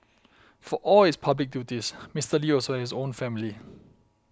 for all his public duties Mister Lee also has his own family